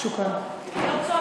שוכראן.